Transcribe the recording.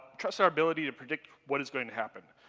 trust our ability to predict what is going to happen.